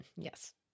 yes